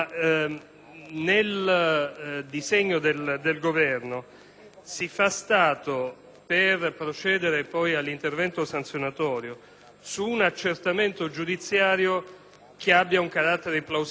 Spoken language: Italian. si fa stato, per procedere poi all'intervento sanzionatorio, su un accertamento giudiziario che abbia un carattere di plausibilità e quindi la conclusione dell'indagine nel momento in cui il pubblico ministero